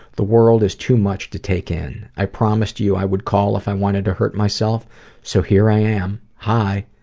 the world is too much to take in. i promised you i would call if i wanted to hurt myself so here i am. hi!